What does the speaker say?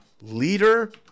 leader